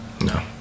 No